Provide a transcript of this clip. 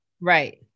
Right